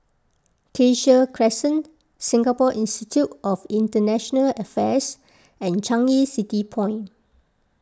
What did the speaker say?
Cassia Crescent Singapore Institute of International Affairs and Changi City Point